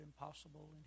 impossible